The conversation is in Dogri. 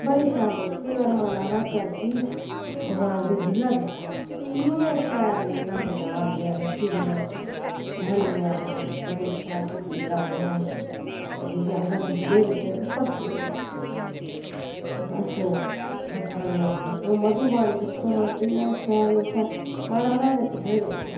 बड़ी शैल केईं बारी मन आखदा इक बारी फ्ही जांऽ भगवान दी लीला दिक्खां इ'न्नियां शैल लीलां भगवान दियां रची दियां उत्थें मन निं आखदा बड़ी शैल चित्तरकारियां होई दियां दिल आखदा दिखदे रौह्चे उत्थां परती निं जाचै ते बस बरसाने गे ओह् मधुबन दिक्खो आं इ'न्ना शैल उत्थें मन आखदा नचदे रौह्चै